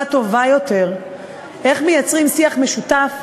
טובה יותר איך מייצרים שיח משותף,